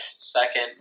Second